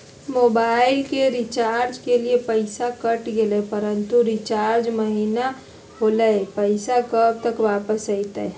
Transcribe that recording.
Mobile recharge के लिए पैसा कट गेलैय परंतु रिचार्ज महिना होलैय, पैसा कब तक वापस आयते?